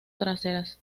traseras